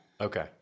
Okay